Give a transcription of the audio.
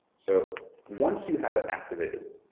so, once you have it activated,